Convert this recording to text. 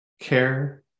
care